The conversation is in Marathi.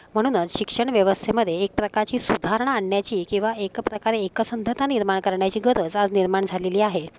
म्हणूनच शिक्षण व्यवस्थेमध्ये एक प्रकारची सुधारणा आणण्याची किंवा एक प्रकारे एकसंधता निर्माण करण्याची गरज आज निर्माण झालेली आहे